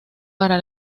para